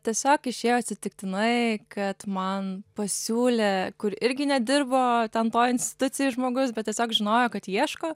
tiesiog išėjo atsitiktinai kad man pasiūlė kur irgi nedirbo ten toj institucijoj žmogus bet tiesiog žinojo kad ieško